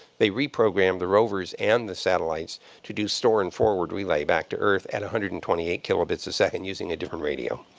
they reprogrammed the rovers and the satellites to do store-and-forward relay back to earth at one hundred and twenty eight kilobits a second using a different radio.